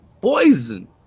poison